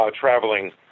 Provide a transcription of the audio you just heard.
traveling